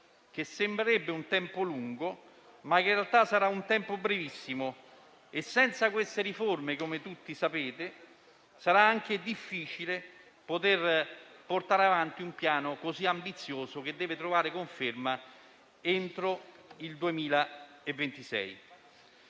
sembrerebbe molto tempo, ma in realtà sarà molto poco. Senza queste riforme, come tutti sapete, sarà anche difficile portare avanti un piano così ambizioso, che deve trovare conferma entro il 2026.